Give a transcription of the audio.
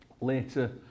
later